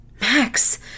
Max